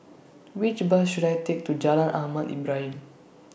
Which Bus should I Take to Jalan Ahmad Ibrahim